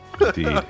Indeed